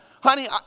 Honey